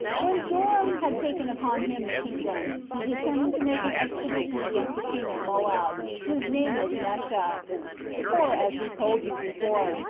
when joram had taken upon him the kingdom, he determined to make an expedition against the king of moab, whose name was mesha for, as we told you before,